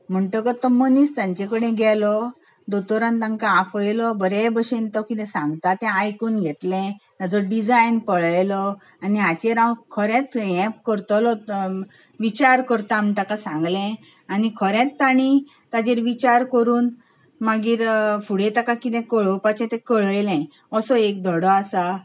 म्हणटगर तो मनीस तांचे कडेन गेलो दोतोरान तांकां आफयलो बऱ्या बशेन तो कितें सांगता तें आयकून घेतलें ताजो डिजायन पळयलो आनी हाचेर हांव खरेंच ये करतलो विचार करतां म्हण ताका सांगले आनी खरेंच ताणी ताजेर विचार करून मागीर फुडें ताका कितें कळोपाचे तें कळयलें असो एक धडो आसा